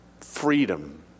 freedom